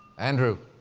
andrew.